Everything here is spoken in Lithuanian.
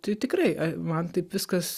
tai tikrai man taip viskas